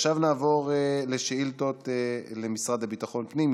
ועכשיו נעבור לשאילתות למשרד לביטחון הפנים.